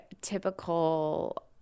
typical